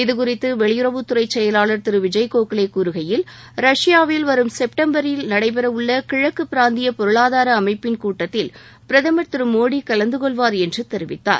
இது குறித்து வெளியுறவுத்துறை செயலாளர் திரு விஜய் கோகலே கூறுகையில் ரஷ்யாவில் வரும் செப்டம்பரில் நடைபெறவுள்ள கிழக்கு பிராந்திய பொருளாதார அமைப்பின் கூட்டத்தில் பிரதமர் திரு மோடி கலந்துகொள்வார் என்று தெரிவித்தார்